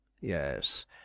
Yes